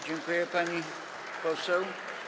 Dziękuję, pani poseł.